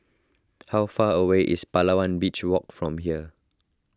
how far away is Palawan Beach Walk from here